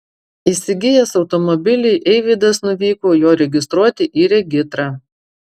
įsigijęs automobilį eivydas nuvyko jo registruoti į regitrą